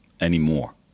anymore